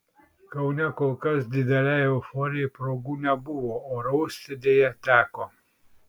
kaune kol kas didelei euforijai progų nebuvo o rausti deja teko